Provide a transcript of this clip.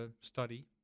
study